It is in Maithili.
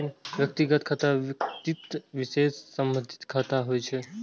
व्यक्तिगत खाता व्यक्ति विशेष सं संबंधित खाता होइ छै